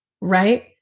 right